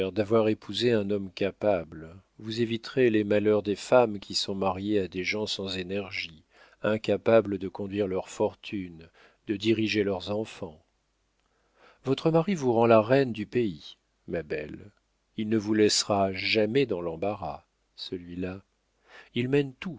d'avoir épousé un homme capable vous éviterez les malheurs des femmes qui sont mariées à des gens sans énergie incapables de conduire leur fortune de diriger leurs enfants votre mari vous rend la reine du pays ma belle il ne vous laissera jamais dans l'embarras celui-là il mène tout